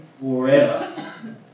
forever